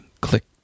click